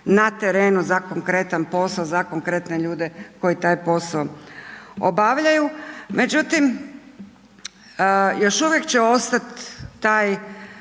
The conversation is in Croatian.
na terenu za konkretan posao, za konkretne ljude koji taj posao obavljaju. Međutim, još uvijek će ostat taj